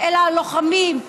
אלא לוחמים,